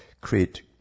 create